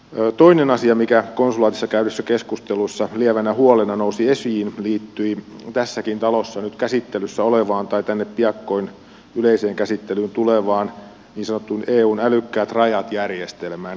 toinen asia mikä konsulaatissa käydyssä keskustelussa lievänä huolena nousi esiin liittyi tässäkin talossa nyt käsittelyssä olevaan tai tänne piakkoin yleiseen käsittelyyn tulevaan niin sanottuun eun älykkäät rajat järjestelmään